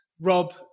Rob